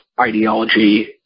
ideology